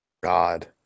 God